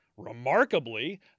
Remarkably